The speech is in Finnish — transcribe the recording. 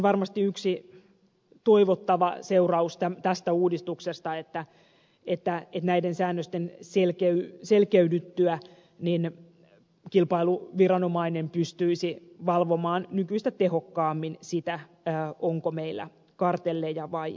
varmasti yksi toivottava seuraus tästä uudistuksesta on se että näiden säännösten selkeydyttyä kilpailuviranomainen pystyisi valvomaan nykyistä tehokkaammin sitä onko meillä kartelleja vai ei